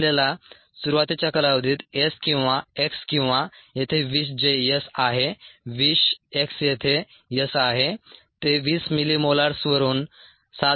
आपल्याला सुरुवातीच्या कालावधीत S किंवा X किंवा येथे विष जे S आहे विष X येथे S आहे ते 20 मिलीमोलार्सवरून 7